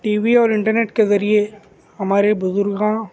T V اور internet کے ذریعے ہمارے بزرگوں